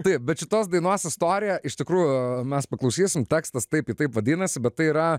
taip bet šitos dainos istorija iš tikrųjų mes paklausysim tekstas taip ji taip vadinasi bet tai yra